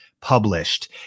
Published